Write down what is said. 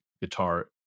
guitar